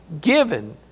given